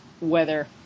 weather